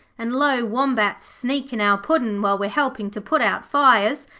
and low wombats sneakin' our puddin' while we're helpin' to put out fires,